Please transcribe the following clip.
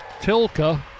Tilka